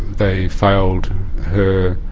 they failed her